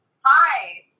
Hi